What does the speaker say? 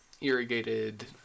irrigated